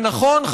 ונכון,